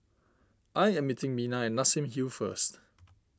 I am meeting Mina at Nassim Hill first